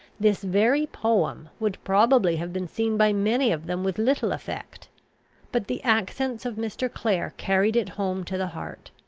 this very poem would probably have been seen by many of them with little effect but the accents of mr. clare carried it home to the heart.